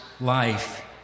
life